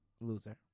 Loser